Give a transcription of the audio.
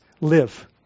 live